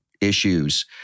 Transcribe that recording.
issues